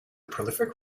prolific